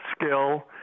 skill